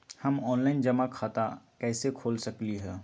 हम ऑनलाइन जमा खाता कईसे खोल सकली ह?